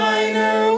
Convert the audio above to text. Minor